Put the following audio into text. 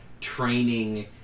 training